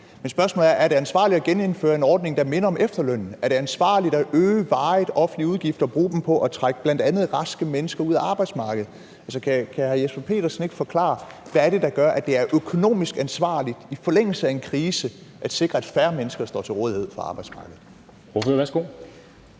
Er det ansvarligt at genindføre en ordning, der minder om efterlønnen? Er det ansvarligt at øge varige offentlige udgifter og bruge dem på at trække bl.a. raske mennesker ud af arbejdsmarkedet? Kan hr. Jesper Petersen ikke forklare, hvad det er, der gør, at det er økonomisk ansvarligt i forlængelse af en krise at sikre, at færre mennesker står til rådighed for arbejdsmarkedet?